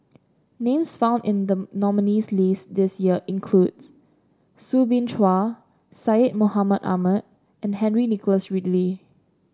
names found in the nominees' list this year includes Soo Bin Chua Syed Mohamed Ahmed and Henry Nicholas Ridley